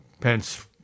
Pence